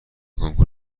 کنکور